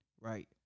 right